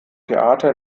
theater